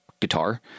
guitar